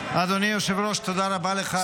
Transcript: אדוני היושב-ראש, תודה רבה לך.